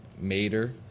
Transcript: mater